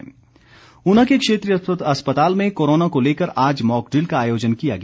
mock drill Una के क्षेत्रीय अस्पताल में कोरोना को लेकर आज मॉकड्रिल का आयोजन किया गया